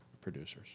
producers